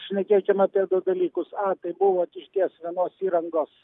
šnekėkim apie du dalykus a tai buvo išties vienos įrangos